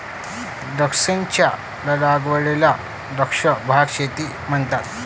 द्राक्षांच्या लागवडीला द्राक्ष बाग शेती म्हणतात